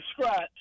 scratch